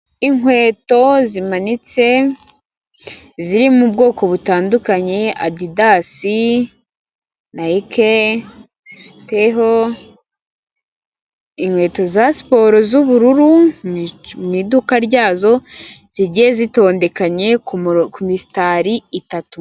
Inkweto zimanitse ziri mu bwoko butandukanye adidasi, nike, ifite inkweto za siporo z'ubururu mu iduka ryazo zijye zitondekanya ku misitari itatu.